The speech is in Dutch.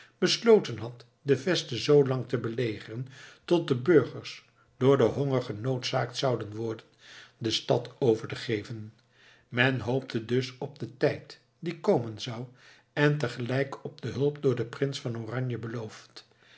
besloten had de veste zoo lang te belegeren tot de burgers door den honger genoodzaakt zouden worden de stad over te geven men hoopte dus op den tijd die komen zou en tegelijk op de hulp door den prins van oranje beloofd